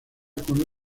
con